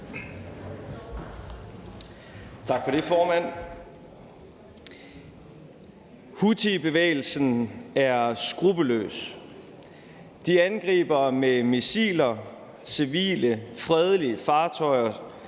Tak for det, formand. Houthibevægelsen er skruppelløs. De angriber med missiler civile fredelige fartøjer